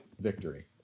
victory